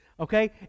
Okay